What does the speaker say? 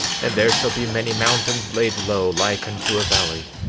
and there shall be many mountains laid low, like unto a valley,